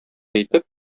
әйтеп